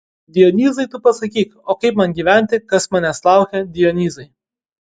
dionyzai tu pasakyk o kaip man gyventi kas manęs laukia dionyzai